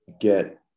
get